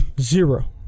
zero